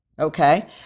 okay